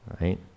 right